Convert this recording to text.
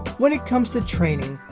when it comes to training,